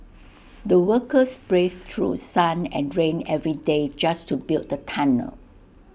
the workers braved through sun and rain every day just to build the tunnel